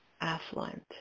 affluent